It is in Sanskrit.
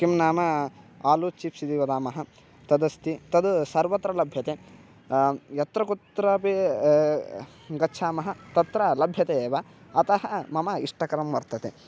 किं नाम आलू चिप्स् इति वदामः तदस्ति तद् सर्वत्र लभ्यते यत्र कुत्रापि गच्छामः तत्र लभ्यते एव अतः मम इष्टकरं वर्तते